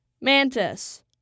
Mantis